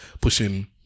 pushing